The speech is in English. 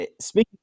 speaking